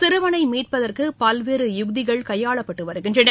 சிறுவனைமீட்பதற்குபல்வேறு யுக்திகள் கையாளப்பட்டுவருகின்றன